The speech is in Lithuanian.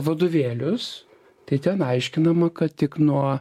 vadovėlius tai ten aiškinama kad tik nuo